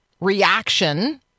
reaction